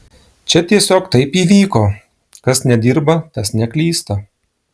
čia tiesiog taip įvyko kas nedirba tas neklysta